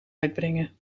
uitbrengen